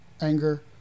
anger